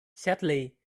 sadly